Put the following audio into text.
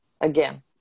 again